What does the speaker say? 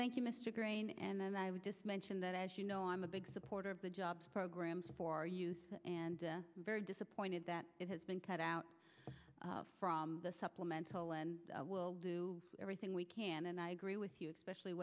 thank you mr grain and i would just mention that as you know i'm a big supporter of the jobs programs for youth and very disappointed that it has been cut out from the supplemental will do everything we can and i agree with you especially